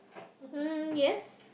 mm yes